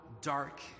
dark